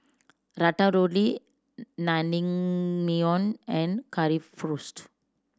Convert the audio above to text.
Ratatouille Naengmyeon and Currywurst